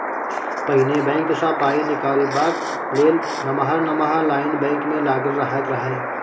पहिने बैंक सँ पाइ निकालबाक लेल नमहर नमहर लाइन बैंक मे लागल रहैत रहय